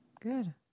Good